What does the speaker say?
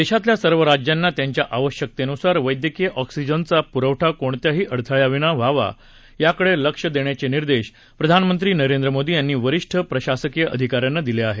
देशातल्या सर्व राज्यांना त्यांच्या आवश्यकतेनुसार वैद्यकीय ऑक्सीजनचा प्रवठा कोणत्याही अडथळ्याविना व्हावा याकडे लक्ष देण्याचे निर्देश प्रधानमंत्री नरेंद्र मोदी यांनी वरिष्ठ प्रशासकीय अधिकाऱ्यांना दिले आहेत